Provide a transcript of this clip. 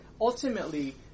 ultimately